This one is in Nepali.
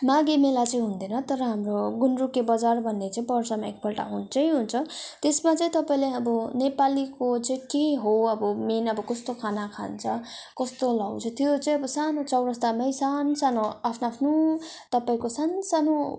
माघे मेला चाहिँ हुँदैन तर हाम्रो गुन्द्रुके बजार भन्ने चाहिँ वर्षमा एकपल्ट हुन्छै हुन्छ त्यसमा चाहिँ तपाईँले अब नेपालीको चाहिँ के हो अब मेन अब कस्तो खाना खान्छ कस्तो लाउँछ त्यो चाहिँ अब सानो चौरास्तामै सान्सानो आफ्नो आफ्नो तपाईँको सान्सानु